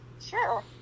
Sure